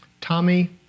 Tommy